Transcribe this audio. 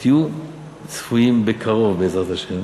ותהיו צפויים בקרוב, בעזרת השם,